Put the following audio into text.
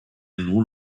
nur